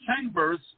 chambers